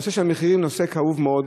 נושא המחירים הוא נושא כאוב מאוד,